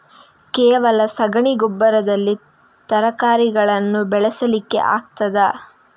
ಕೇವಲ ಸಗಣಿ ಗೊಬ್ಬರದಲ್ಲಿ ತರಕಾರಿಗಳನ್ನು ಬೆಳೆಸಲಿಕ್ಕೆ ಆಗ್ತದಾ?